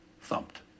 thumped